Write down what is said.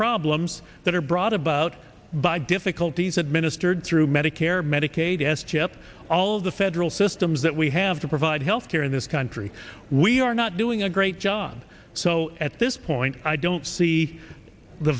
problems that are brought about by difficulties administered through medicare medicaid s chip all of the federal systems that we have to provide health care in this country we are not doing a great job so at this point i don't see the